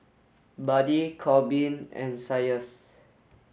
Buddy Korbin and Isaias